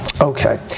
Okay